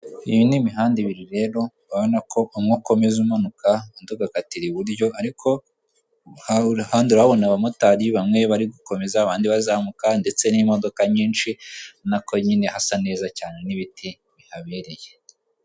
Iyi ni imihanda ibiri rero, urabona ko umwe ukomeza umanuka undi agakatira iburyo ariko ahandi urahabona abamotari. Bamwe bari gukomeza abandi bazamuka ndetse n'imodoka nyinshi urabonako nyine hasa neza cyane n'ibiti bihabereye.